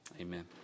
Amen